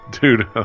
Dude